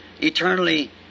eternally